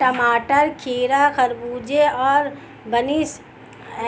टमाटर, खीरा, खरबूजे और बीन्स